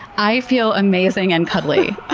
i feel amazing and cuddly. ah